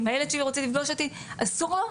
אם הילד שלי רוצה לפגוש אותי אסור לו?